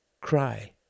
cry